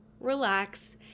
relax